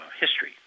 history